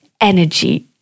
energy